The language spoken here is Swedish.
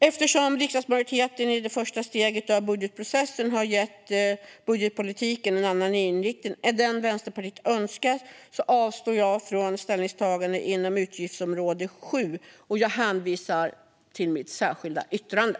Eftersom riksdagsmajoriteten i det första steget av budgetprocessen har gett budgetpolitiken en annan inriktning än den Vänsterpartiet önskat avstår jag från ställningstagande på utgiftsområde 7. Jag hänvisar i stället till Vänsterpartiets särskilda yttrande.